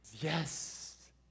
yes